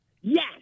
Yes